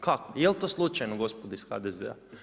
Kako, jel to slučajno gospodo iz HDZ-a?